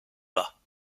bas